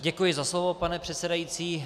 Děkuji za slovo, pane předsedající.